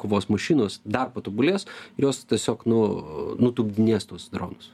kovos mašinos dar patobulės jos tiesiog nu nutupdinės tuos dronus